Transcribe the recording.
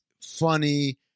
funny